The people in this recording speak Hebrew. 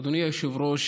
אדוני היושב-ראש,